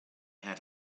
had